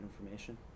information